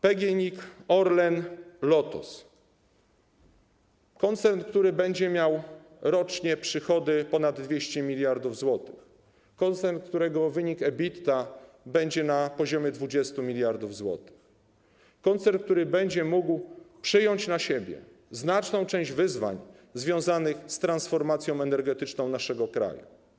PGNiG, Orlen, Lotos - koncern, który będzie miał przychody ponad 200 mld zł rocznie, koncern, którego wynik EBITDA będzie na poziomie 20 mld zł, koncern, który będzie mógł przyjąć na siebie znaczną część wyzwań związanych z transformacją energetyczną naszego kraju.